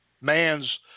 man's